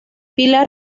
pilar